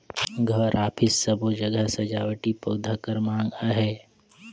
घर, अफिस सबो जघा सजावटी पउधा कर माँग अहे